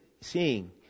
seeing